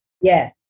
Yes